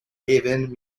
haven